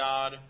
God